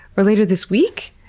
or later this week?